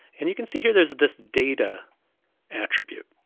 and you can see here there's this data attribute,